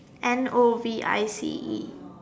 N O V I C E